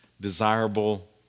desirable